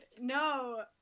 No